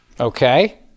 Okay